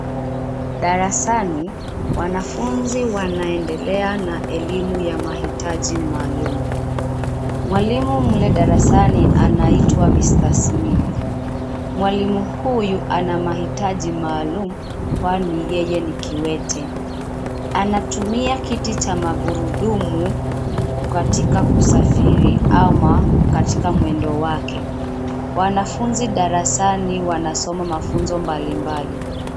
Darasani wanafunzi wanaendelea na elimu ya mahitaji maalum. Mwalimu mle darasani anaitwa Mr Smith. Mwalimu huyu ana mahitaji maalum kwani yeye ni kiwete. Anatumia kiti cha magurudumu katika kusafiri ama katika mwendo wake. Wanafunzi darasani wanasoma mafunzo mbalimbali.